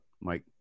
Mike